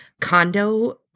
condo